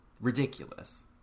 ridiculous